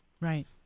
right